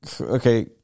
okay